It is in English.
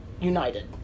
United